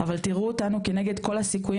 אבל תראו אותנו כנגד כל הסיכויים,